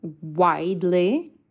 widely